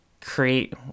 create